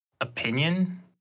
opinion